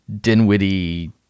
Dinwiddie